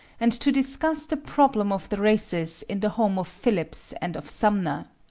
and to discuss the problem of the races in the home of phillips and of sumner.